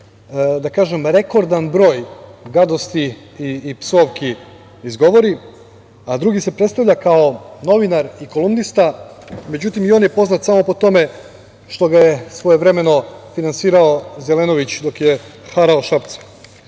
periodu rekordan broj gadosti i psovki izgovori, a drugi se predstavlja kao novinar i kolumnista. Međutim, i on je poznat samo po tome što ga je svojevremeno finansirao Zelenović dok je harao Šapcem.